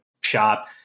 shop